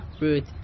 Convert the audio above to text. Ruth